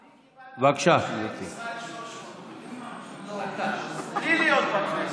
אני קיבלתי מממשלת ישראל 300 מיליון בלי להיות בכנסת.